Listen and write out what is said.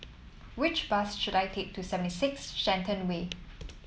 which bus should I take to Seventy Six Shenton Way